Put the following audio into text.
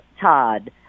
Todd